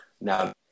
Now